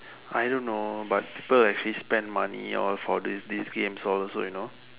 I don't know but people actually spend money all for these these games all you know